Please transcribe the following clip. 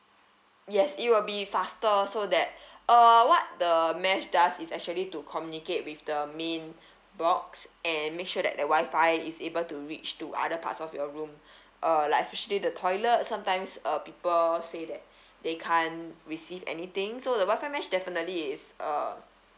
yes it will be faster so that uh what the mesh does is actually to communicate with the main box and make sure that the wi-fi is able to reach to other parts of your room uh like especially the toilet sometimes uh people say that they can't receive anything so the wi-fi mesh definitely is uh